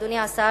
אדוני השר,